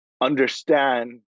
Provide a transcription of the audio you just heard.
understand